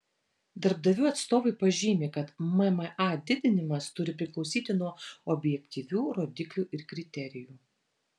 darbdavių atstovai pažymi kad mma didinimas turi priklausyti nuo objektyvių rodiklių ir kriterijų